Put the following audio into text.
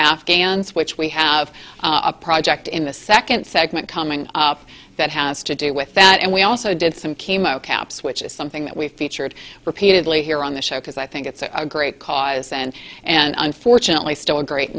afghans which we have a project in the second segment coming up that has to do with that and we also did some chemo caps which is something that we've featured repeatedly here on the show because i think it's a great cause and and unfortunately still a great